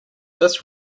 this